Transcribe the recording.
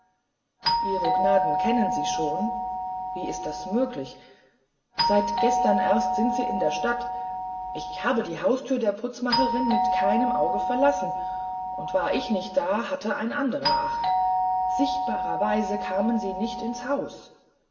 ihro gnaden kenne sie schon wie ist das möglich seit gestern erst sind sie in der stadt ich habe die haustür der putzmacherin mit keinem auge verlassen und war ich nicht da hatte ein anderer acht sichtbarerweise kamen sie nicht ins haus